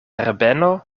herbeno